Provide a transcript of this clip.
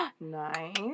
Nice